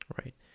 Right